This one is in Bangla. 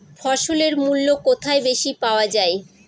ফসলের মূল্য কোথায় বেশি পাওয়া যায়?